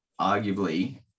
arguably